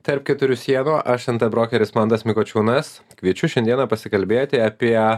tarp keturių sienų aš nt brokeris mantas mikočiūnas kviečiu šiandieną pasikalbėti apie a